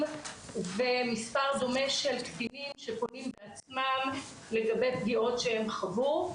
ומספר דומה של קטינים שפונים בעצמם לגבי פגיעות שהם חוו.